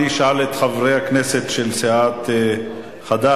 אשאל את חברי הכנסת של סיעת חד"ש,